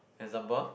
example